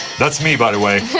that's me by the way,